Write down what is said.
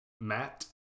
matt